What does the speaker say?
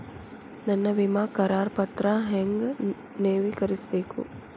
ನನ್ನ ವಿಮಾ ಕರಾರ ಪತ್ರಾ ಹೆಂಗ್ ನವೇಕರಿಸಬೇಕು?